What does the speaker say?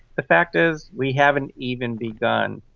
the fact is we haven't even begun.